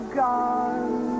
gone